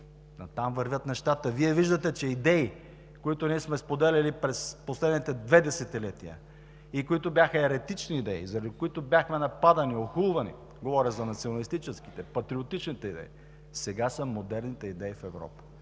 натам вървят нещата? Виждате, че идеи, които сме споделяли през последните две десетилетия и които бяха еретични, заради които бяхме нападани и охулвани – говоря за националистическите и патриотичните, сега са модерните идеи в Европа.